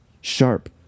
Sharp